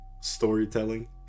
storytelling